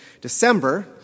December